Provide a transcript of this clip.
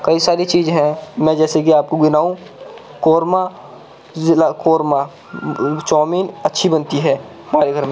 کئی ساری چیز ہیں میں جیسے کہ آپ کو گناؤں قورمہ قورمہ چاؤمین اچھی بنتی ہے ہمارے گھر میں